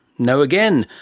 no again.